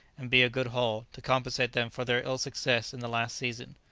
and be a good haul, to compensate them for their ill-success in the last season.